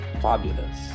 fabulous